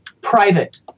private